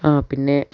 ആ പിന്നെ